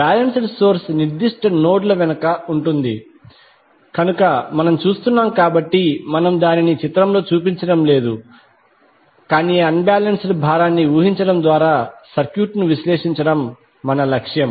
balanced source నిర్దిష్ట నోడ్ల వెనుక ఉంది కనుక మనం చూస్తున్నాం కాబట్టి మనము దానిని చిత్రంలో చూపించడం లేదు కాని అన్ బాలెన్స్డ్ భారాన్ని ఊహించడం ద్వారా సర్క్యూట్ను విశ్లేషించడం మన లక్ష్యం